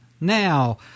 now